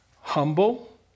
humble